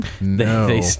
no